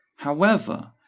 however,